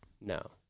No